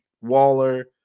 Waller